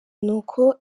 nuko